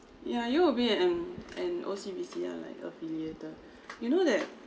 ya U_O_B and and O_C_B_C are like affiliated you know that